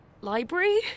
library